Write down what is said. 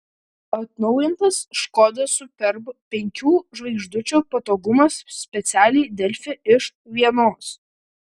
atnaujintas škoda superb penkių žvaigždučių patogumas specialiai delfi iš vienos